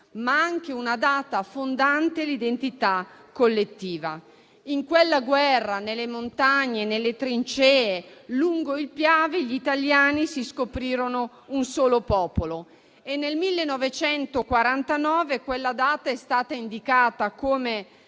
ma anche una data fondante l'identità collettiva. In quella guerra, nelle montagne, nelle trincee, lungo il Piave, gli italiani si scoprirono un solo popolo e nel 1949 quella data è stata indicata come